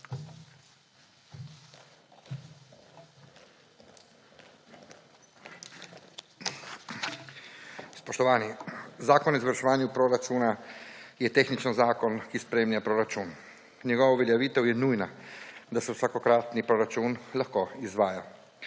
Spoštovani! Zakon o izvrševanju proračuna je tehnični zakon, ki spremlja proračun. Njegova uveljavitev je nujna, da se vsakokratni proračun lahko izvaja.